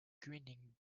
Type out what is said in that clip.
grinning